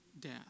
death